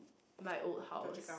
my old house